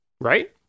right